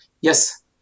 Yes